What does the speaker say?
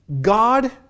God